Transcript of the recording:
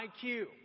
IQ